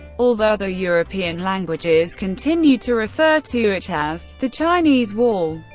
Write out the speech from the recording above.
although other european languages continued to refer to it as the chinese wall.